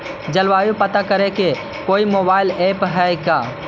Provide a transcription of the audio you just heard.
जलवायु पता करे के कोइ मोबाईल ऐप है का?